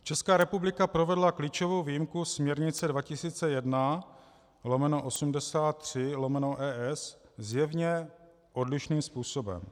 Česká republika provedla klíčovou výjimku směrnice 2001/83/ES zjevně odlišným způsobem.